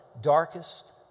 darkest